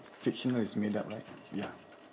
fictional is made up right ya